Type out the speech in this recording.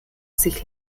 sich